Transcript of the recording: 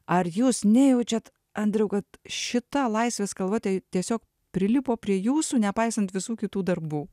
ar jūs nejaučiat andriau kad šita laisvės kalva tai tiesiog prilipo prie jūsų nepaisant visų kitų darbų